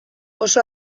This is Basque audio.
oso